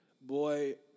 Boy